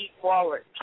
forward